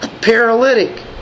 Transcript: paralytic